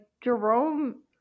Jerome